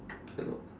cannot